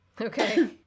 Okay